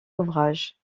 ouvrages